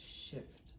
shift